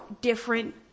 different